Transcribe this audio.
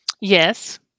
Yes